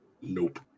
Nope